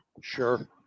Sure